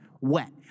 wet